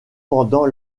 pendant